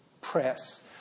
Press